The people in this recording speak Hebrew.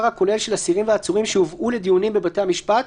הכולל של האסירים והעצורים שהובאו לדיונים בבתי המשפט,